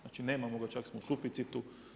Znači nemamo ga, čak smo u suficitu.